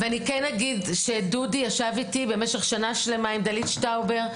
אני אגיד שדודי ישב איתי במשך שנה שלמה עם דלית שטאובר,